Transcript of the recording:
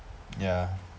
ya